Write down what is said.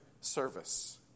service